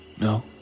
No